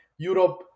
Europe